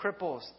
cripples